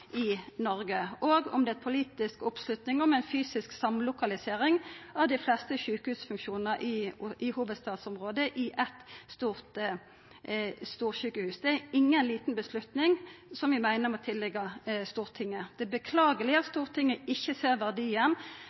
i Noreg, og om det er politisk oppslutning om ei fysisk samlokalisering av dei fleste sjukehusfunksjonane i hovudstadsområdet i eitt storsjukehus. Det er inga lita avgjerd, som vi meiner bør liggja til Stortinget. Det er beklageleg at Stortinget heller ikkje ser verdien